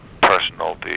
personal